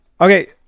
Okay